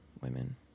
women